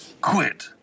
Quit